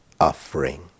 offering